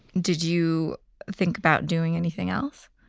did you think about doing anything else?